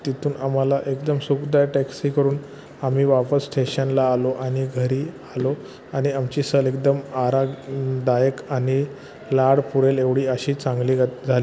तिथून आम्हाला एकदम सुकदायक टॅक्सी करून आम्ही वापस स्ठेशनला आलो आणि घरी आलो आणि आमची सहल एकदम आराग दायक आणि लाड पुरेल एवढी अशी चांगली ग झाली